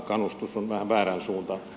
kannustus on vähän väärään suuntaan